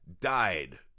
Died